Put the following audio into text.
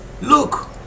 Look